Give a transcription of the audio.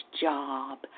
job